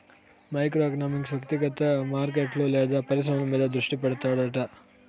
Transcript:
micro economics వ్యక్తిగత మార్కెట్లు లేదా పరిశ్రమల మీద దృష్టి పెడతాడట